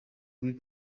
green